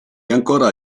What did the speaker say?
ancora